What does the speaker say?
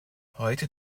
heute